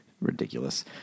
Ridiculous